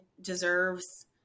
deserves